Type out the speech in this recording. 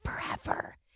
forever